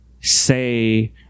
say